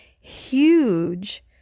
huge